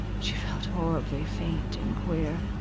she felt horribly faint and queer.